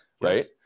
right